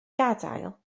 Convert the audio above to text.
gadael